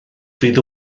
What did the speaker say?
fydd